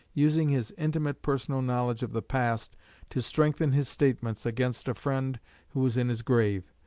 using his intimate personal knowledge of the past to strengthen his statements against a friend who was in his grave,